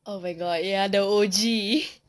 oh my god ya the O_G